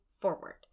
forward